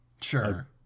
Sure